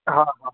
हा हा